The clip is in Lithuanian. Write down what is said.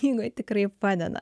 knygoj tikrai padeda